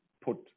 put